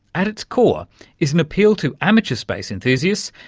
at its core is an appeal to amateur space enthusiasts,